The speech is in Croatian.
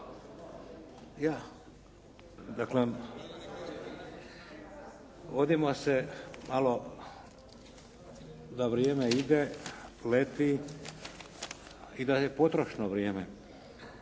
Ja, daklem vodimo se malo da vrijeme ide, leti i da je potrošeno vrijeme.